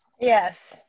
Yes